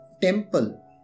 temple